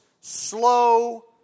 slow